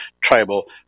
tribal